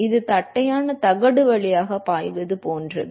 அது தட்டையான தகடு வழியாக பாய்வது போன்றது